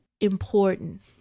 important